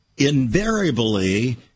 invariably